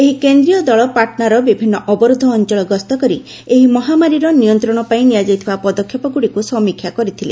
ଏହି କେନ୍ଦ୍ରୀୟ ଦଳ ପାଟନାର ବିଭିନ୍ନ ଅବରୋଧ ଅଞ୍ଚଳ ଗସ୍ତ କରି ଏହି ମହାମାରୀର ନିୟନ୍ତ୍ରଣ ପାଇଁ ନିଆଯାଇଥିବା ପଦକ୍ଷେପଗୁଡିକୁ ସମୀକ୍ଷା କରିଛନ୍ତି